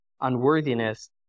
unworthiness